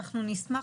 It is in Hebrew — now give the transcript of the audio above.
אנחנו נשמח,